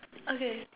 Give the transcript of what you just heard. okay